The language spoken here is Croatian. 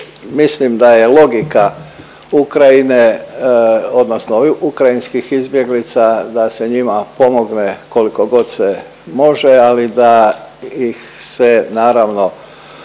Mislim da je logika Ukrajine odnosno ukrajinskih izbjeglica da se njima pomogne koliko god se može ali da ih se naravno